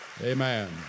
Amen